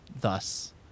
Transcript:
thus